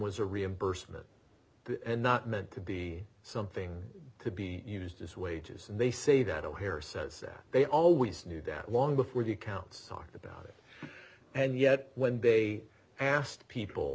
was a reimbursement that and not meant to be something to be used as wages and they say that o'hare says that they always knew that long before the accounts talk about it and yet when they asked people